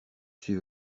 suis